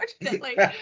unfortunately